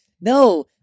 No